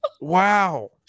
Wow